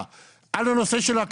על הנושא של התעסוקה,